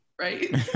right